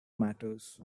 matters